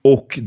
Och